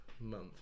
Month